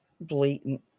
blatant